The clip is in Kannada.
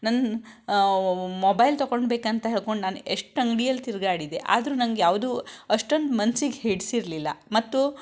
ನನ್ನ ಮೊಬೈಲ್ ತಕೊಳ್ಬೇಕಂತ ಹೇಳ್ಕೊಂಡು ನಾನು ಎಷ್ಟು ಅಂಗ್ಡಿಯಲ್ಲಿ ತಿರುಗಾಡಿದೆ ಆದರೂ ನಂಗೆ ಯಾವುದೂ ಅಷ್ಟೊಂದು ಮನ್ಸಿಗೆ ಹಿಡಿಸಿರ್ಲಿಲ್ಲ ಮತ್ತು